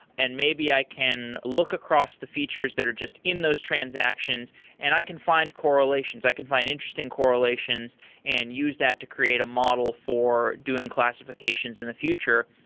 and maybe i can look across the features that are just in those transactions and i can find correlations. i can find interesting correlations and use that to create a model for doing classifications in the future,